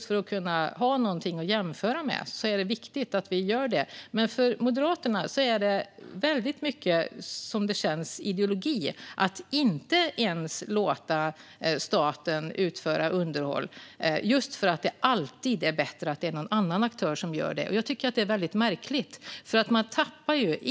För att ha något att jämföra med är det viktigt att vi gör det. Men för Moderaterna är det, som det känns, väldigt mycket ideologi att inte låta staten utföra underhåll. Det är alltid bättre att det är någon annan aktör som gör det. Jag tycker att det är märkligt, för man tappar ju kompetens.